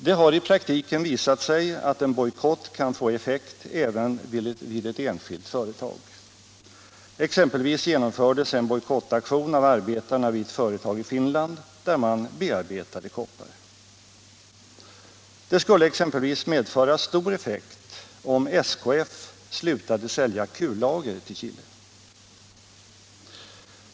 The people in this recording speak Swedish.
Det har i praktiken visat sig att en bojkott kan få effekt även vid ett enskilt företag — exempelvis genomfördes en bojkottaktion av arbetarna vid ett företag i Finland, där man bearbetade koppar. Det skulle t.ex. medföra stor effekt om SKF slutade sälja kullager till Chile.